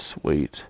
Sweet